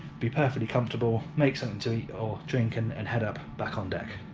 be perfectly comfortable, make something to eat or drink and and head up back on deck.